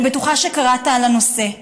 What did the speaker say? אני בטוחה שקראת על הנושא.